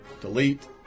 Delete